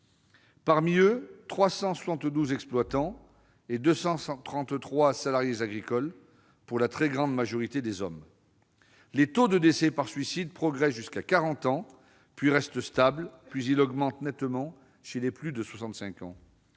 Parmi eux, 372 exploitants et 233 salariés agricoles, pour la très grande majorité des hommes. Les taux de décès par suicide progressaient jusqu'à 40 ans, puis restaient stables, avant d'augmenter de nouveau nettement chez les plus de 65 ans.